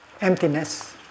emptiness